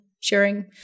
sharing